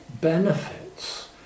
benefits